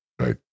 right